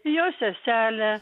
jo seselę